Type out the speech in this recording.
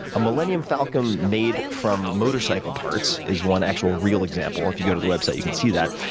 a millennium falcon made from motorcycle parts is one actual real example. if you go to the website, you can see that.